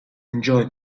enjoyed